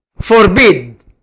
forbid